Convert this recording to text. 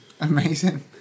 Amazing